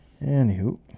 anywho